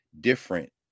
different